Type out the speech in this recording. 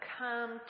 come